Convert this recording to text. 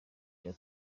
cya